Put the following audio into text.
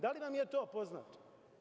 Da li vam je to poznato?